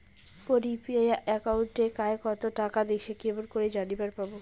মোর UPI একাউন্টে কায় কতো টাকা দিসে কেমন করে জানিবার পামু?